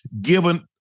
given